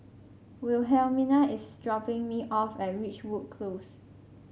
Wilhelmina is dropping me off at Ridgewood Close